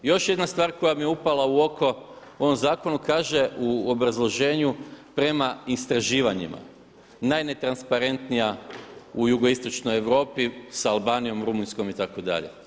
Još jedna stvar koja mi je upala u oko u ovom zakonu kaže u obrazloženju prema istraživanjima najnetransparentnija u jugoistočnoj Europi sa Albanijom, Rumunjskom itd.